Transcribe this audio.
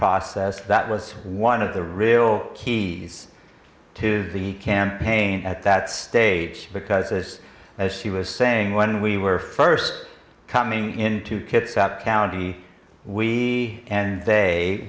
process that was one of the real key to the campaign at that stage because as as she was saying when we were first coming into kitsap county we and they